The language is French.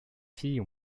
fille